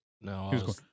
No